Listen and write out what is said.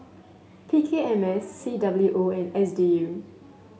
P K M S C W O and S D U